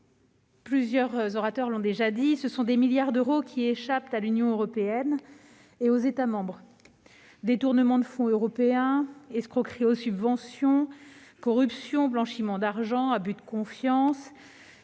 plusieurs orateurs l'ont déjà signalé, des milliards d'euros échappent chaque année à l'Union européenne et à ses États membres. Détournement de fonds européens, escroqueries aux subventions, corruption, blanchiment d'argent, abus de confiance,